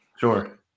Sure